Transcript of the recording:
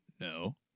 No